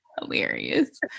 Hilarious